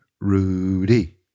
Rudy